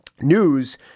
news